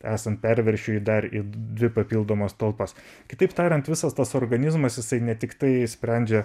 esant perviršiui dar dvi papildomas talpas kitaip tariant visas tas organizmas jisai ne tiktai sprendžia